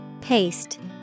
Paste